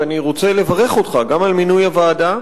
ואני רוצה לברך אותך גם על מינוי הוועדה,